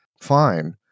fine